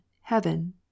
heaven